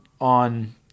on